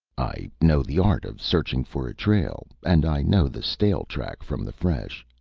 i know the art of searching for a trail, and i know the stale track from the fresh.